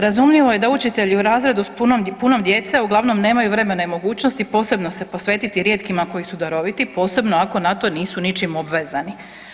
Razumljivo je da učitelji u razredu s puno djece uglavnom nemaju vremena i mogućnosti posebno se posvetiti rijetkima koji su daroviti, posebno ako na to nisu ničim obvezani.